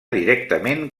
directament